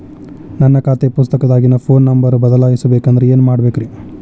ನನ್ನ ಖಾತೆ ಪುಸ್ತಕದಾಗಿನ ಫೋನ್ ನಂಬರ್ ಬದಲಾಯಿಸ ಬೇಕಂದ್ರ ಏನ್ ಮಾಡ ಬೇಕ್ರಿ?